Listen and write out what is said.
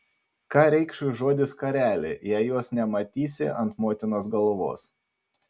ką reikš žodis skarelė jei jos nematysi ant motinos galvos